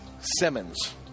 Simmons